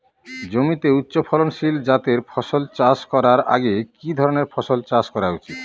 জমিতে উচ্চফলনশীল জাতের ফসল চাষ করার আগে কি ধরণের ফসল চাষ করা উচিৎ?